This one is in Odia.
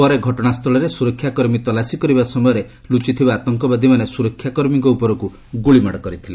ପରେ ଘଟଣାସ୍ଥଳରେ ସୁରକ୍ଷା କର୍ମୀ ତଲାସୀ କରିବା ସମୟରେ ଲୁଚିଥିବା ଆତଙ୍କବାଦୀମାନେ ସୁରକ୍ଷାକର୍ମୀଙ୍କ ଉପରକୁ ଗୁଳିମାଡ଼ କରିଥିଲେ